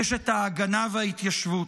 אשת ההגנה וההתיישבות,